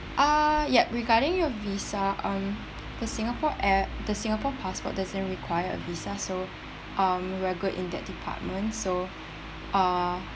uh ya regarding your visa um the singapore air~ the singapore passport doesn't require a visa so um we are good in that department so uh